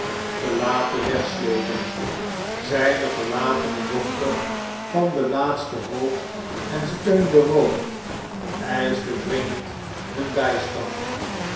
te laten wegslepen zijne verlatene dochter van de laatste hoop en steun beroofd eischtedringend hun bystand